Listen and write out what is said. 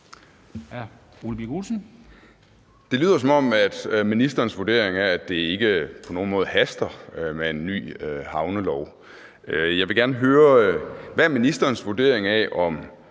Det lyder, som om ministerens vurdering er, at det ikke på nogen måde haster med en ny havnelov. Jeg vil gerne høre: Hvad er ministerens vurdering af, om